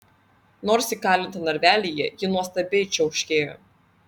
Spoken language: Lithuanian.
nors įkalinta narvelyje ji nuostabiai čiauškėjo